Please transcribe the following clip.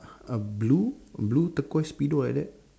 a blue blue turquoise speedo like that